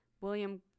William